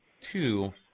two